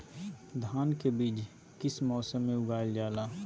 धान के बीज किस मौसम में उगाईल जाला?